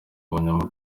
umugabo